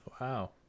Wow